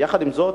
עם זאת,